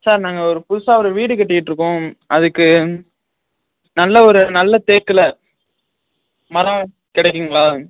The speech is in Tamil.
சார் நாங்கள் ஒரு புதுசாக ஒரு வீடு கட்டிக்கிட்டு இருக்கோம் அதுக்கு நல்ல ஒரு நல்ல தேக்கில் மரம் கிடைக்குங்களா